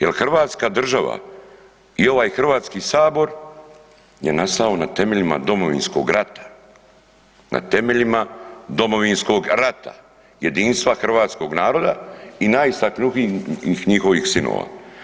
Jer hrvatska država i ovaj Hrvatski sabor je nastao na temeljima Domovinskog rata, na temeljima Domovinskog rata, jedinstva hrvatskog naroda i najistaknutijih njihovih sinova.